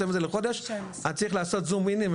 את זה לחודש אז צריך לעשות זום-אין.